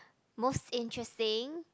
most interesting